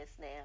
now